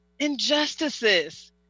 Injustices